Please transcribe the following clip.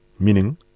Meaning